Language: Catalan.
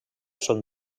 són